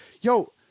yo